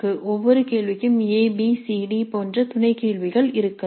ஒவ்வொரு கேள்விக்கும் a b c d போன்ற துணை கேள்விகள் இருக்கலாம்